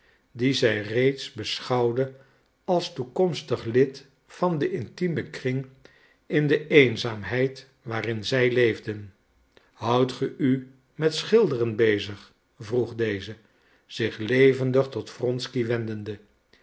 dien zij reeds beschouwde als toekomstig lid van den intiemen kring in de eenzaamheid waarin zij leefden houdt ge u met schilderen bezig vroeg deze zich levendig tot wronsky